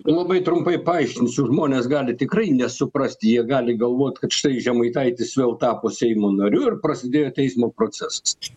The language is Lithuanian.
labai trumpai paaiškinsiu žmonės gali tikrai nesuprast jie gali galvot kad štai žemaitaitis vėl tapo seimo nariu ir prasidėjo teismo procesas